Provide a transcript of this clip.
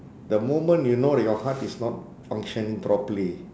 the moment you know that your heart is not functioning properly